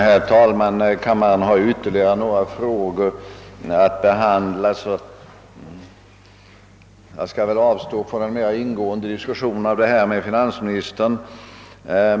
Herr talman! Kammaren har ju ytterligare en del frågor att behandla och jag skall därför avstå från en mera ingående diskussion med finansministern om dessa ting.